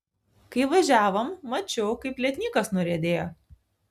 kai važiavom mačiau kaip lietnykas nuriedėjo